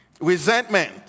resentment